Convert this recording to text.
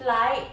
flight